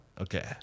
Okay